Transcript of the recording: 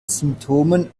symptomen